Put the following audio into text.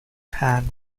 hand